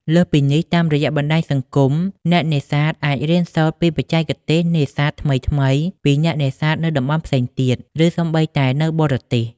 លើសពីនេះ តាមរយៈបណ្តាញសង្គម អ្នកនេសាទអាចរៀនសូត្រពីបច្ចេកទេសនេសាទថ្មីៗពីអ្នកនេសាទនៅតំបន់ផ្សេងទៀត ឬសូម្បីតែនៅបរទេស។